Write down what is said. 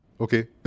Okay